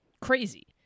crazy